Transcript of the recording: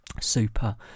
super